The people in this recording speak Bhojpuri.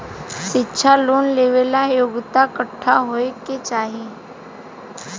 शिक्षा लोन लेवेला योग्यता कट्ठा होए के चाहीं?